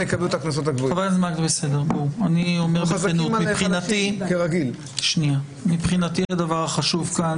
אני אומר בכנות שמבחינתי הדבר החשוב כאן